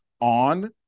on